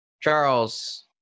Charles